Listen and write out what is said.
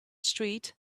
street